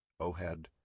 Ohad